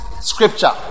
scripture